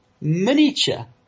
miniature